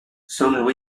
san